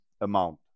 amount